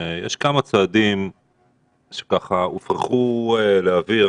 יש כמה צעדים שהופרחו לאוויר,